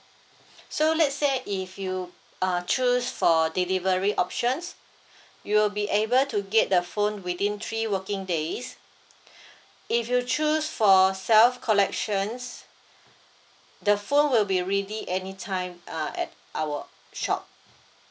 so let's say if you err choose for delivery options you'll be able to get the phone within three working days if you choose for self collections the phone will be ready any time uh at our shop